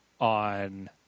on